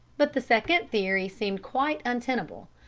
but the second theory seemed quite untenable.